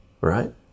right